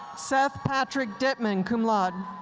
seth patrick ditman, cum laude.